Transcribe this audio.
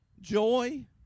joy